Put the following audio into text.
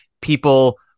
people